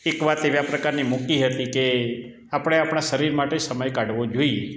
એક વાત એવા પ્રકારની મૂકી હતી કે આપણે આપણા શરીર માટે સમય કાઢવો જોઈએ